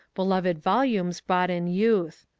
beloved volumes bought in youth.